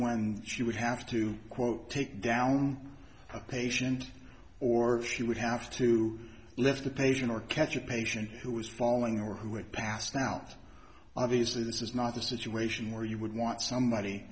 when she would have to quote take down a patient or she would have to lift the patient or catch a patient who was falling over who had passed out obviously this is not a situation where you would want somebody